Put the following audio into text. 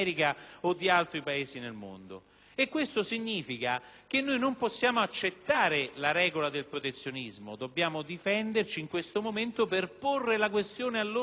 del giorno futuro.